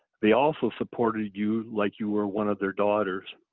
they also supported you like you were one of their daughters.